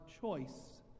choice